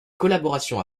collaborations